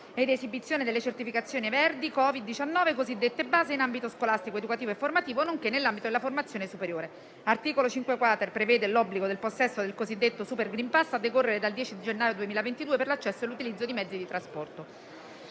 ed esibizione delle certificazioni verdi Covid-19 cosiddette base in ambito scolastico, educativo e formativo, nonché nell'ambito della formazione superiore. L'articolo 5-*quater* prevede l'obbligo del possesso del cosiddetto super *green pass* a decorrere dal 10 gennaio 2022 per l'accesso e l'utilizzo di mezzi di trasporto.